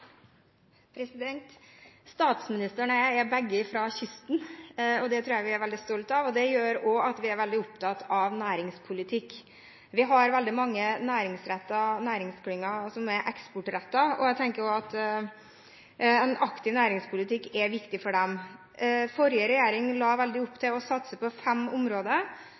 begge fra kysten, og det tror jeg vi er veldig stolte av. Det gjør også at vi er veldig opptatt av næringspolitikk. Vi har veldig mange næringsrettede næringsklynger som er eksportrettet, og jeg tenker at en aktiv næringspolitikk er viktig for dem. Forrige regjering la veldig opp til å satse på fem områder